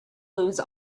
lose